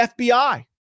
FBI